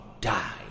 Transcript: die